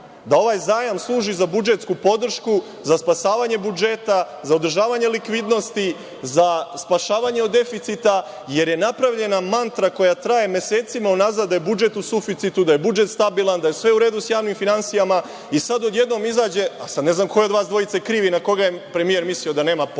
da ovaj zajam služi za budžetsku podršku, za spasavanje budžeta, za održavanje likvidnosti, za spašavanje od deficita, jer je napravljena mantra koja traje mesecima unazad, da je budžet u suficitu, da je budžet stabilan, da je sve u redu sa javnim finansijama. Sada odjednom izađe, sad, ne znam ko je od vas dvojice kriv i na koga je premijer mislio da nema pojma,